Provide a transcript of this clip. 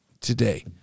today